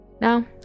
Now